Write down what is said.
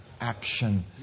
action